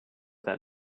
that